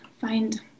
Find